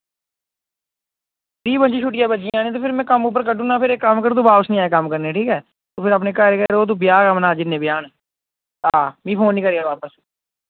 बीह् पं'जी छुट्टियां बज्जी जानियां ते फिर में कम्म उप्पर कड्ढी फिर इक कम्म कर तूं बापस निं आयां कम्म करने ठीक ऐ तू फिर अपने घर गै रौह् तू ब्याह् गै मना जिन्ने ब्याह् न हां मी फोन निं करेआं बापस